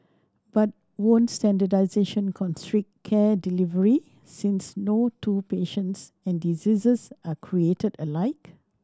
but won't standardisation constrict care delivery since no two patients and diseases are created alike